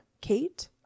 Kate